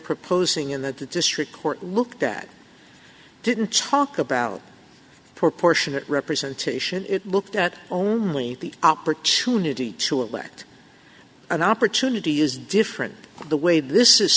proposing in the district court look that didn't talk about proportionate representation it looked at only the opportunity to elect an opportunity is different the way this is